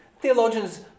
Theologians